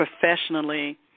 professionally